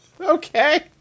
Okay